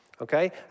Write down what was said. Okay